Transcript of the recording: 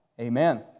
Amen